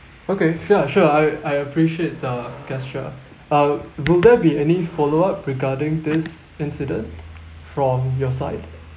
okay sure sure I I appreciate the gesture uh will there be any follow up regarding this incident from your side